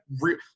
real